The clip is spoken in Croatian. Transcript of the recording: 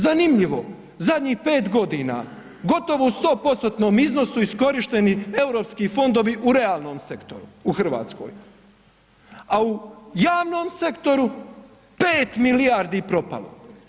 Zanimljivo, zadnjih 5 godina gotovo u 100%-tnom iznosu iskorišteni Europski fondovi u realnom sektoru u Hrvatskoj, a u javnom sektoru 5 milijardi propalo.